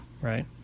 right